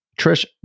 Trish